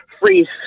free